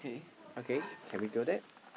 okay can we go that